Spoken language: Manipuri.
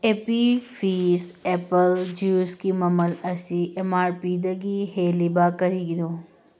ꯑꯦꯄꯤ ꯐꯤꯖ ꯑꯦꯞꯄꯜ ꯖ꯭ꯌꯨꯁꯀꯤ ꯃꯃꯜ ꯑꯁꯤ ꯑꯦꯝ ꯑꯥꯔ ꯄꯤꯗꯒꯤ ꯍꯦꯜꯂꯤꯕ ꯀꯔꯤꯒꯤꯅꯣ